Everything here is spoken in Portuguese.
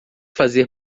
fazer